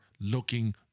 looking